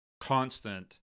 constant